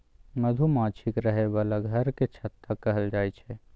मधुमाछीक रहय बला घर केँ छत्ता कहल जाई छै